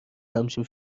همچین